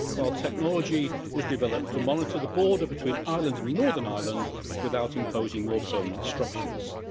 while technology was developed to monitor the border between ireland and northern ireland without imposing more permanent structures.